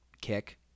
kick